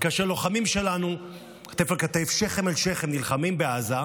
זה שתקוע ב-6 באוקטובר,